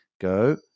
go